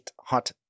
hot